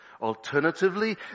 Alternatively